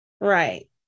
Right